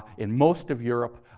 in most of europe,